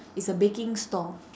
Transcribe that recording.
it's a baking store